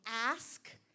ask